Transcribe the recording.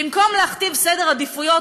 במקום להכתיב סדר עדיפויות,